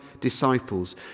disciples